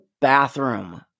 bathroom